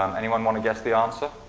um anyone wanna guess the answer?